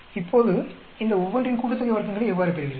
இப்போது இந்த ஒவ்வொன்றின் கூட்டுத்தொகை வர்க்கங்களை எவ்வாறு பெறுவீர்கள்